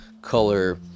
color